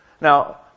Now